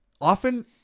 Often